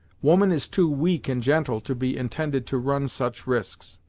woman is too weak and gentle to be intended to run such risks,